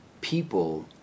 people